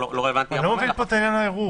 אני לא מבין את עניין העירוב.